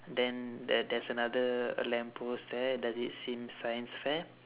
then there there's another a lamp post there does it seem science fair